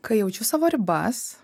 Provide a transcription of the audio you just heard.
kai jaučiu savo ribas